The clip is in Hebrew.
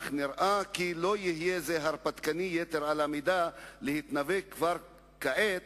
אך נראה כי לא יהיה זה הרפתקני יתר על המידה להתנבא כבר כעת